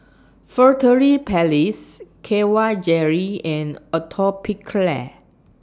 Furtere Paris K Y Jelly and Atopiclair